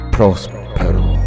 Prospero